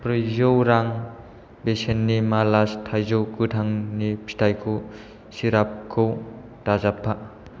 ब्रैजौ रां बेसेननि मालास थाइजौ गोथांनि फिथाइखौ सिरापखौ दाजाबफा